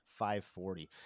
540